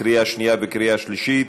לקריאה שנייה וקריאה שלישית.